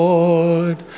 Lord